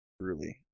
Truly